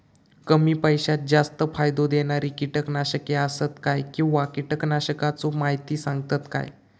कमी पैशात जास्त फायदो दिणारी किटकनाशके आसत काय किंवा कीटकनाशकाचो माहिती सांगतात काय?